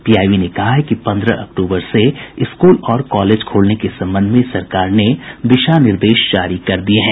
PIB ने कहा है कि पन्द्रह अक्टूबर से स्कूल और कॉलेज खोलने के संबंध में सरकार ने दिशा निर्देश जारी कर दिये हैं